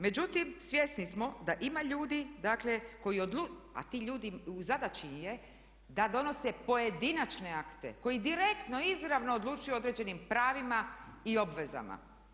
Međutim, svjesni smo da ima ljudi, dakle koji, a ti ljudi, u zadaći im je da donose pojedinačne akte, koji direktno, izravno odlučuju o određenim pravima i obvezama.